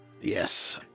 Yes